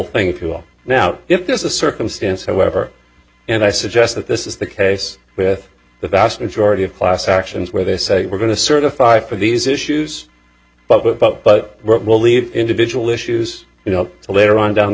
thing through now if there's a circumstance however and i suggest that this is the case with the vast majority of class actions where they say we're going to certify for these issues but with but we'll leave individual issues you know later on down the